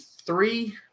three